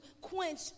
quench